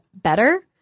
better